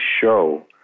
show